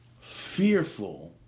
fearful